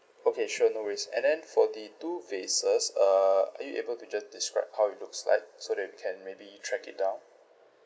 okay sure no worries and then for the two vases uh are you able to just describe how it looks like so that we can maybe track it down